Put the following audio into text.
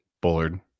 Bullard